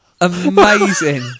Amazing